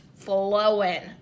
flowing